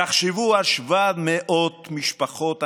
תחשבו על 700 משפחות הנפטרים,